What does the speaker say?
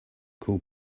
call